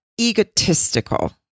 egotistical